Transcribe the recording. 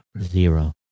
Zero